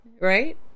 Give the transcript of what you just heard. right